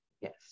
Yes